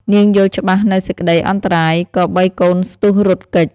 នាងយល់ច្បាស់នូវសេចក្ដីអន្តរាយ ក៏បីកូនស្ទុះរត់គេច ។